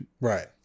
Right